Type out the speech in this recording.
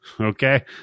Okay